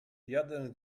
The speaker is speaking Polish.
jadę